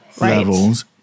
levels